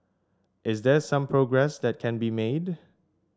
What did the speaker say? is there some progress that can be made